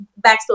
backstory